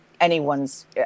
anyone's